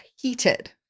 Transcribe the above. heated